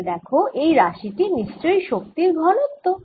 তাহলে দেখ এই রাশি টি নিশ্চই শক্তির ঘনত্ব